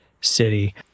city